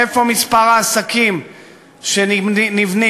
איפה מספר העסקים שנבנים?